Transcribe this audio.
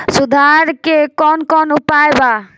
सुधार के कौन कौन उपाय वा?